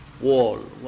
wall